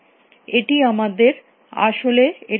এটি আমাদের আসলে এটাই দিচ্ছে